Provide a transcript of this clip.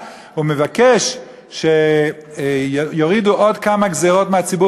ומבקש שיורידו עוד כמה גזירות מהציבור,